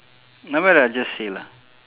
nevermind lah just say lah